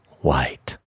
White